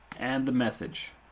and the message.